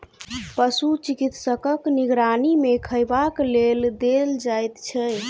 पशु चिकित्सकक निगरानी मे खयबाक लेल देल जाइत छै